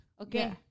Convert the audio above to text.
Okay